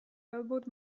elbowed